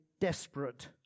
desperate